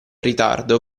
ritardo